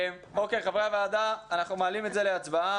אוקיי, חברי הוועדה, אנחנו מעלים את זה להצבעה.